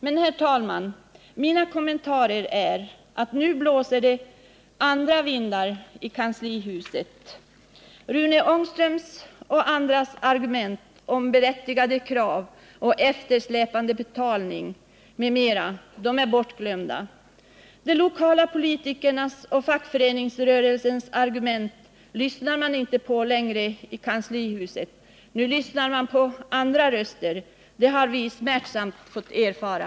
Men, herr talman, mina kommentarer är att nu blåser det andra vindar i kanslihuset. Rune Ångströms och andras argument om berättigade krav, eftersläpande betalning m.m. är bortglömda. De lokala politikernas och fackföreningsrörelsens argument lyssnar man inte längre på i kanslihuset. Nu lyssnar man på andra röster — det har vi smärtsamt fått erfara.